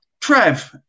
Trev